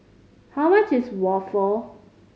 how much is waffle